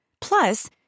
Plus